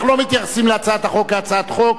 אנחנו לא מתייחסים להצעת החוק כהצעת חוק,